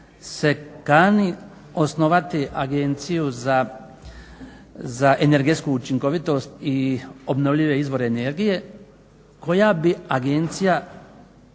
se kani osnovati Agenciju za energetsku učinkovitost i obnovljive izvore energije koja bi agencija